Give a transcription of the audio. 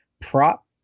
prop